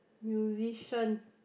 musician